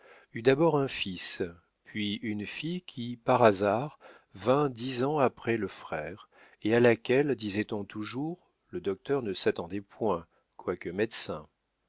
eut d'abord un fils puis une fille qui par hasard vint dix ans après le frère et à laquelle disait-on toujours le docteur ne s'attendait point quoique médecin